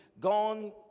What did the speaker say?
gone